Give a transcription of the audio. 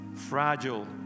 fragile